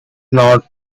not